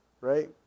Right